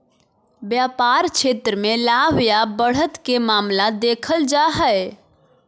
व्यापार क्षेत्र मे लाभ या बढ़त के मामला देखल जा हय